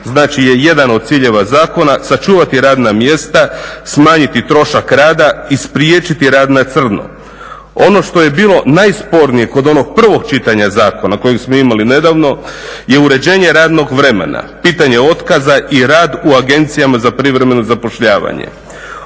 znači je jedan od ciljeva zakona sačuvati radna mjesta, smanjiti trošak rada i spriječiti rad na crno. Ono što je bilo najspornije kod onog prvog čitanja zakona kojeg smo imali nedavno je uređenje radnog vremena, pitanje otkaza i rad u agencijama za privremeno zapošljavanje.